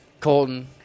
Colton